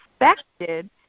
expected